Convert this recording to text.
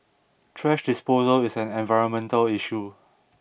thrash disposal is an environmental issue